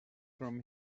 from